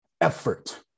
effort